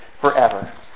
forever